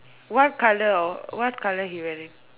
what colour or what colour he wearing